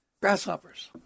Grasshoppers